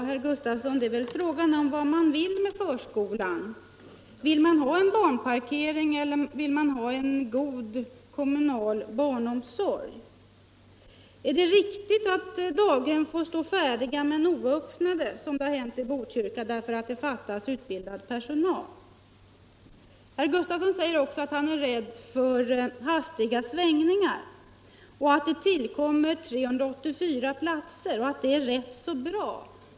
Herr talman! Frågan gäller väl vad man vill med förskolan, herr Gustafsson i Barkarby! Vill man ha en barnparkering, eller vill man ha en god kommunal barnomsorg? Är det riktigt att daghem som är färdiga får stå oöppnade, såsom det har hänt i Botkyrka, därför att det fattas utbildad personal? Nr 60 Herr Gustafsson säger också att han är rädd för hastiga svängningar, Torsdagen den att det tillkommer 384 platser och att detta är rätt bra.